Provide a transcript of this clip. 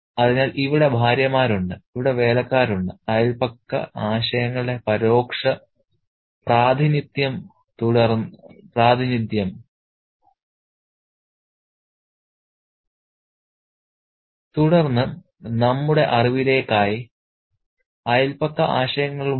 അതിനാൽ ഇവിടെ ഭാര്യമാരുണ്ട് ഇവിടെ വേലക്കാരുണ്ട് അയൽപക്ക ആശയങ്ങളുടെ പരോക്ഷ പ്രാതിനിധ്യം തുടർന്ന് നമ്മുടെ അറിവിലേക്കായി അയൽപക്ക ആശയങ്ങളും ഉണ്ട്